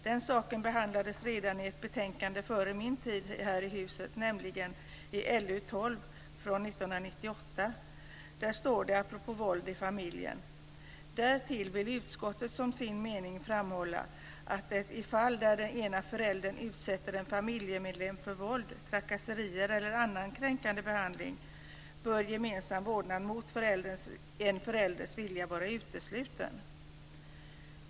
Den saken behandlades redan före min tid i detta hus i ett betänkande, LU12 från år 1998. I betänkandet står det, apropå våld i familjen att: "Därtill vill utskottet som sin mening framhålla att i de fall där den ena föräldern utsätter en familjemedlem för våld, trakasserier eller annan kränkande behandling, gemensam vårdnad mot en förälders vilja bör vara utesluten."